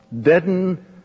Deaden